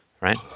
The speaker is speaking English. right